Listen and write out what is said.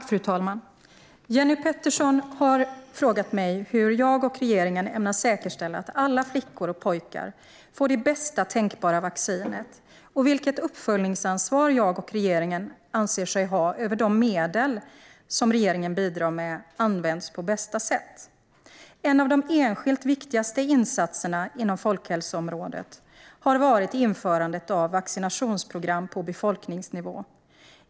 Fru talman! Jenny Petersson har frågat mig hur jag och regeringen ämnar säkerställa att alla flickor och pojkar får det bästa tänkbara vaccinet och vilket uppföljningsansvar jag och regeringen anser oss ha när det gäller att de medel som regeringen bidrar med används på bästa sätt. En av de enskilt viktigaste insatserna inom folkhälsoområdet har varit införandet av vaccinationsprogram på befolkningsnivå.